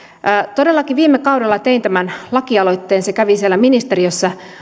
todellakin viime kaudella tein tämän lakialoitteen se kävi siellä ministeriössä